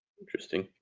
Interesting